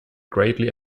greatly